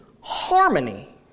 harmony